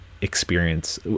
experience